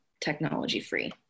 technology-free